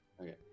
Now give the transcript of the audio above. okay